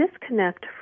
disconnect